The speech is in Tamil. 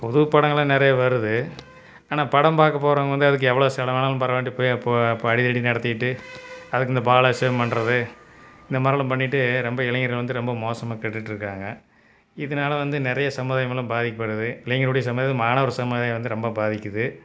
புது படங்களும் நிறைய வருது ஆனால் படம் பார்க்க போறவங்க வந்து அதுக்கு எவ்வளோ செலவானாலும் பரவால்லைன்ட்டு போ போய் அடித்தடி நடத்திக்கிட்டு அதுக்கு இந்த பாலபிஷேகம் பண்ணுறது இந்தமாதிரிலான் பண்ணிவிட்டு ரொம்ப இளைஞர்கள் வந்து ரொம்ப மோசமாக கெட்டுகிட்டு இருக்காங்க இதனால வந்து நிறைய சமுதாயமெல்லாம் பாதிக்கப்படுது இளைஞருடைய சமுதாயம் மாணவர்கள் சமுதாயம் வந்து ரொம்ப பாதிக்கிது